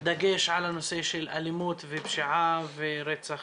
לשים דגש על הנושא של אלימות ופשיעה ורצח